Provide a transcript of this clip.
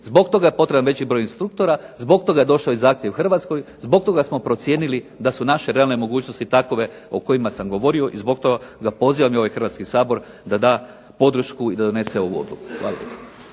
zbog toga je potreban veći broj instruktora, zbog toga je došao i zahtjev Hrvatskoj, zbog toga smo ocijenili da su naše realne mogućnosti takove o kojima sam govorio i zbog toga pozivam i ovaj Hrvatski sabor da da podršku i da donese ovu Odluku.